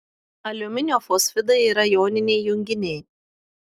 aliuminio fosfidai yra joniniai junginiai